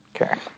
Okay